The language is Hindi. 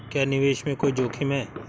क्या निवेश में कोई जोखिम है?